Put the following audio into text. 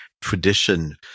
tradition